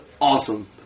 awesome